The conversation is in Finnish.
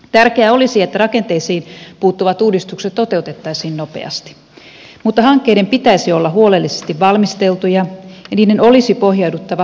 tärkeää olisi että rakenteisiin puuttuvat uudistukset toteutettaisiin nopeasti mutta hankkeiden pitäisi olla huolellisesti valmisteltuja ja niiden olisi pohjauduttava perusteellisiin laskelmiin